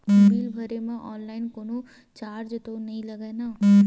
Bill भरे मा online कोनो चार्ज तो नई लागे ना?